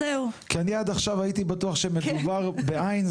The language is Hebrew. כי אני עד עכשיו הייתי בטוח שמדובר בעין,